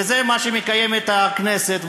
וזה מה שמקיימת הכנסת,